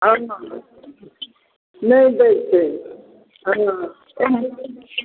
नहि दै छै